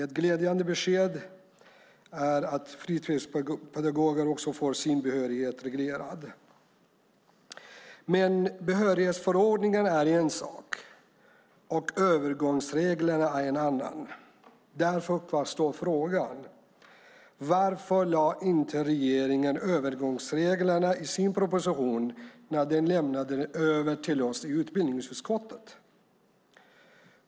Ett glädjande besked är att fritidspedagoger också får sin behörighet reglerad. Men behörighetsförordningen är en sak och övergångsreglerna en annan. Därför kvarstår frågan: Varför lade inte regeringen fram övergångsreglerna i sin proposition när den lämnades över till oss i utbildningsutskottet?